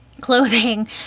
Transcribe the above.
clothing